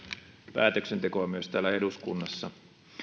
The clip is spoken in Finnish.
päätöksentekoa myös täällä eduskunnassa